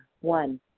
One